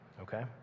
okay